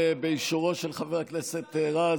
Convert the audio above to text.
באישורו של חבר הכנסת רז,